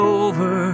over